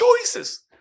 choices